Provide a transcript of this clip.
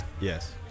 yes